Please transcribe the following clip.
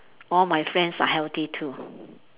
all my friends are healthy too